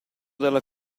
della